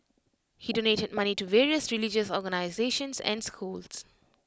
he donated money to various religious organisations and schools